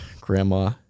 Grandma